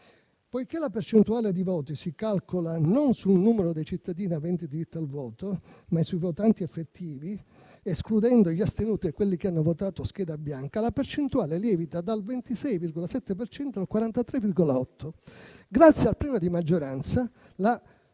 Poiché la percentuale di voti si calcola non sul numero dei cittadini aventi diritto al voto, ma sui votanti effettivi, escludendo gli astenuti e quelli che hanno votato scheda bianca, la percentuale lievita dal 26,7 per cento al 43,8. Grazie al premio di maggioranza, la